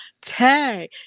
Tag